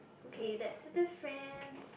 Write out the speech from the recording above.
okay that's the difference